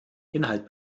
inhalt